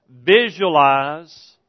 visualize